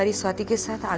ah swati kasora,